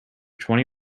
twenty